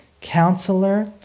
counselor